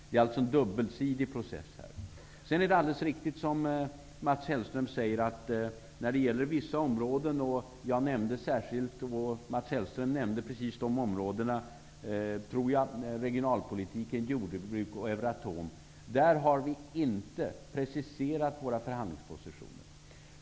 Det är alltså en dubbelsidig process. Det är riktigt som Mats Hellström säger, att vi på vissa områden inte har preciserat våra förhandlingspositioner. Mats Hellström nämnde dessa områden: regionalpolitiken, jordbruket och Euratom.